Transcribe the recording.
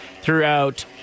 throughout